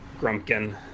Grumpkin